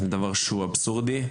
דבר שהוא אבסורדי.